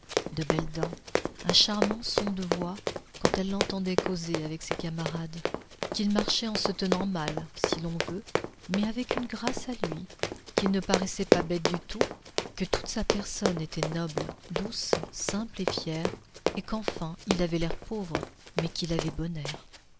de belles dents un charmant son de voix quand elle l'entendait causer avec ses camarades qu'il marchait en se tenant mal si l'on veut mais avec une grâce à lui qu'il ne paraissait pas bête du tout que toute sa personne était noble douce simple et fière et qu'enfin il avait l'air pauvre mais qu'il avait